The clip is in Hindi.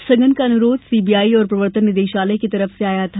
स्थगन का अनुरोध सीबीआई और प्रवर्तन निदेशालय की तरफ से आया था